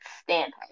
stand